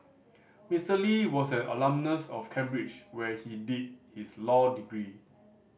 Mister Lee was an alumnus of Cambridge where he did his law degree